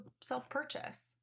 self-purchase